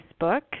Facebook